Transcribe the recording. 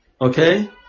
okay